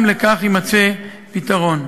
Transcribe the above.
גם לכך יימצא פתרון.